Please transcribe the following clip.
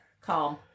calm